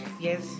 Yes